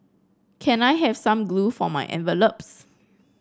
can I have some glue for my envelopes